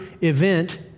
event